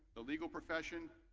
the legal profession,